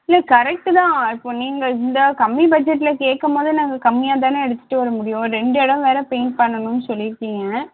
இல்லை கரெக்ட்டு தான் இப்போ நீங்கள் இந்த கம்மி பட்ஜெட்டில் கேட்கும் போது நாங்கள் கம்மியாக தானே எடுத்துகிட்டு வர முடியும் இரண்டு இடம் வேறு பெயிண்ட் பண்ணணும்னு சொல்லியிருக்கிங்க